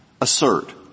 assert